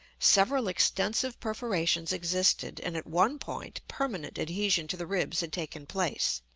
several extensive perforations existed and, at one point, permanent adhesion to the ribs had taken place.